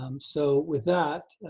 um so with that,